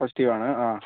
പോസിറ്റിവാണ് ആ